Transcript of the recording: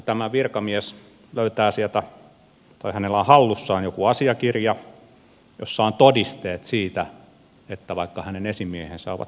mitäpä kun tällä virkamiehellä on hallussaan joku asiakirja jossa on todisteet siitä että vaikka hänen esimiehensä ovat syyllistyneet rikokseen